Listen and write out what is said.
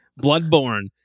Bloodborne